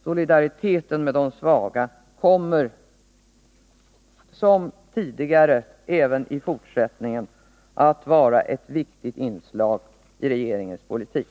Solidariteten med de svaga kommer, som tidigare, även i fortsättningen att vara ett viktigt inslag i regeringens politik.